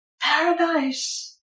paradise